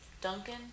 Duncan